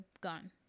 gone